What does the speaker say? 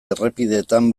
errepideetan